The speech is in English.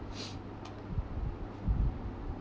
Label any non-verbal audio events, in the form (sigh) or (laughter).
(noise)